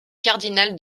cardinal